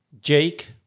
Jake